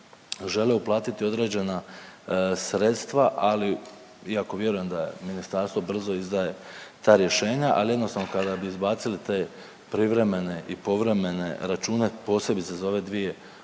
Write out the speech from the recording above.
žele uplatiti određena sredstva ali iako vjerujem da je ministarstvo brzo izdaje ta rješenja, ali jednostavno kada bi izbacili te privremene i povremene račune, posebice za ove dvije